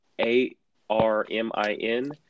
A-R-M-I-N